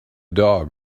dog